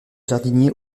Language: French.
jardinier